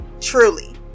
Truly